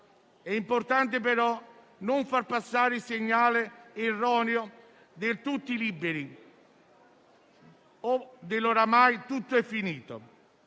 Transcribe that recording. È importante, però, non far passare il segnale erroneo del «tutti liberi» o dell'«oramai tutto è finito»: